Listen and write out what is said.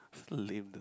so lame de